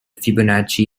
fibonacci